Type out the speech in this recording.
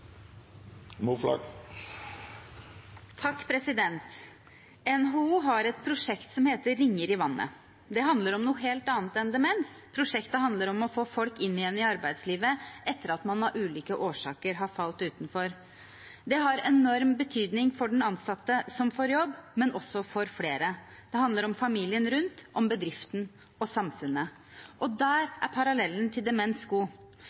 er vedteke. NHO har et prosjekt som heter Ringer i vannet. Det handler om noe helt annet enn demens. Prosjektet handler om å få folk inn igjen i arbeidslivet etter at man av ulike årsaker har falt utenfor. Det har enorm betydning for den ansatte som får jobb, men også for flere. Det handler om familien rundt, om bedriften og om samfunnet. Der er parallellen til demens